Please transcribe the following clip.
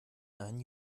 nein